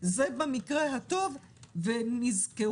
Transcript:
זה במקרה הטוב כשנזכרו,